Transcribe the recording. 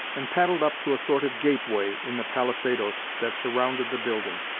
and paddled up to a sort of gateway in the palisadoes that surrounded the building,